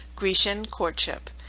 grecian courtship.